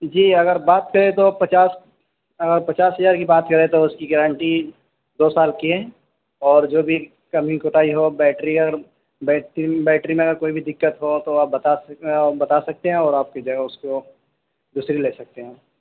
جی اگر بات کریں تو پچاس اگر پچاس ہزار کی بات کریں تو اس کی گارنٹی دو سال کی ہے اور جو بھی کمی کوتاہی ہو بیٹری اگر بیٹری بیٹری میں اگر کوئی بھی دقت ہو تو آپ بتا سکتے بتا سکتے ہیں اور آپ کی جگہ اور کو دوسری لے سکتے ہیں